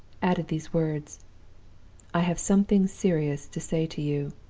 added these words i have something serious to say to you